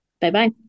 bye-bye